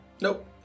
Nope